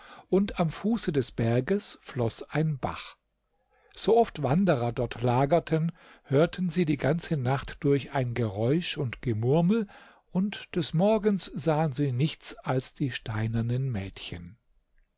und am fuße des berges floß ein bach sooft wanderer dort lagerten hörten sie die ganze nacht durch ein geräusch und gemurmel und des morgens sahen sie nichts als die steinernen mädchen